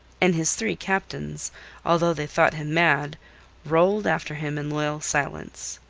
and his three captains although they thought him mad rolled after him in loyal silence.